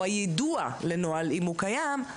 אם הוא קיים,